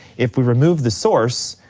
if we remove the source,